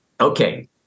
Okay